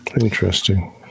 Interesting